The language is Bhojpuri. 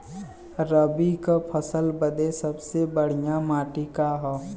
रबी क फसल बदे सबसे बढ़िया माटी का ह?